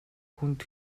хүнд